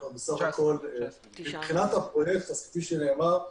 מבחינת הפרויקט הסופי שנאמר,